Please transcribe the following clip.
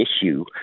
issue